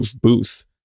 booth